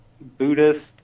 Buddhist